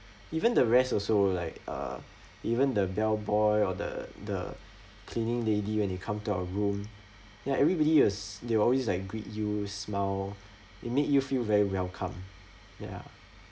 even the rest also like uh even the bell boy or the the cleaning lady when they come to our room ya everybody as they were always Iike greet you smile it make you feel very welcome ya